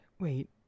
Wait